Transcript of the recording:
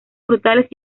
frutales